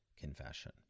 confession